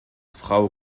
frau